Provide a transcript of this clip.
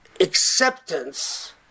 acceptance